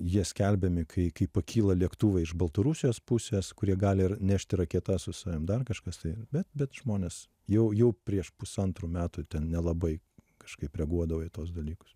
jie skelbiami kai kai pakyla lėktuvai iš baltarusijos pusės kurie gali ir nešti raketas su savim dar kažkas tai bet bet žmonės jau jau prieš pusantrų metų ten nelabai kažkaip reaguodavo į tuos dalykus